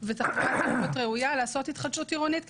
ותחנת רכבת ראויה לעשות התחדשות עירונית,